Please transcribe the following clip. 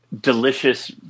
delicious